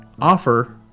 offer